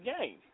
game